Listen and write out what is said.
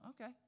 Okay